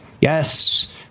Yes